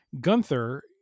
Gunther